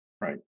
Right